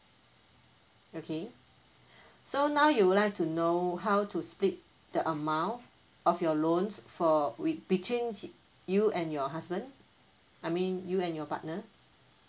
okay so now you would like to know how to split the amount of your loans for we between you and your husband I mean you and your partner